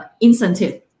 incentive